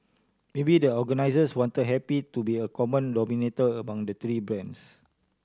maybe the organisers wanted happy to be a common denominator among the three bands